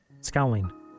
Scowling